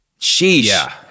Sheesh